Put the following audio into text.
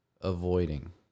avoiding